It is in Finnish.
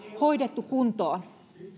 hoidettu kuntoon